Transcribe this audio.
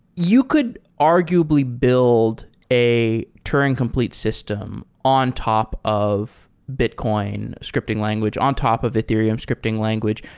you could arguably build a turing complete system on top of bitcoin scripting language, on top of ethereum scripting language.